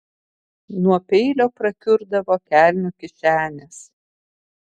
nuo peilio prakiurdavo kelnių kišenės